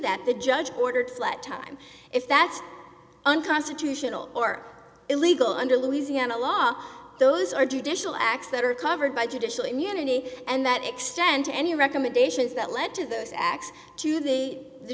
that the judge ordered flight time if that's unconstitutional or illegal under louisiana law those are judicial acts that are covered by judicial immunity and that extent any recommendations that led to those acts to the